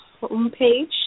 homepage